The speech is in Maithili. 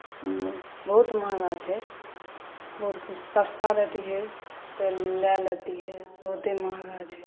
बहुत महगा छै सस्ता रहितै तऽ लए लैतियै बहुते महँगा छै